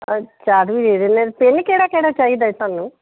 ਚਾਟ ਵੀ ਦੇ ਦਿੰਦੇ ਆ ਪੈਨ ਕਿਹੜਾ ਕਿਹੜਾ ਚਾਹੀਦਾ ਤੁਹਾਨੂੰ